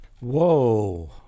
Whoa